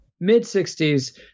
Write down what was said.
mid-60s